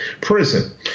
prison